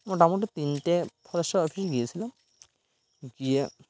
মোটামুটি তিনটে ফরেস্টের অফিসেই গিয়েছিলাম গিয়ে